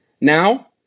Now